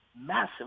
massive